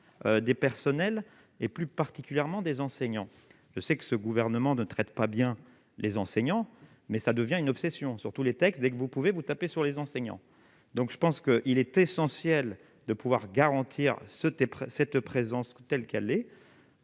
des personnels et plus particulièrement des enseignants, le sexe ce gouvernement de traite pas bien les enseignants mais ça devient une obsession sur tous les textes avec que vous pouvez vous tapez sur les enseignants, donc je pense qu'il est essentiel de pouvoir garantir ce thème cette présence telle qu'allait.